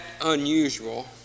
unusual